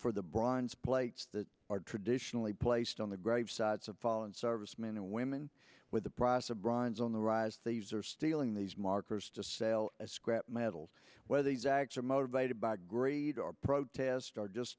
for the bronze plates that are traditionally placed on the gravesites of fallen servicemen and women with the price of bronze on the rise these are stealing these markers to sell scrap metals whether these acts are motivated by greed or protest are just